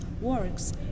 works